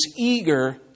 eager